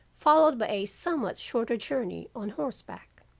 followed by a somewhat shorter journey on horseback.